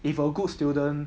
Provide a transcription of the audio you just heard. if a good student